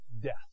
death